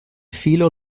filo